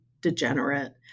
degenerate